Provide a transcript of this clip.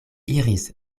iris